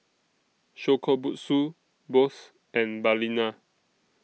Shokubutsu Bose and Balina